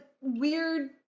weird